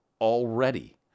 already